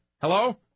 Hello